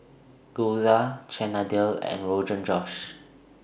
Gyoza Chana Dal and Rogan Josh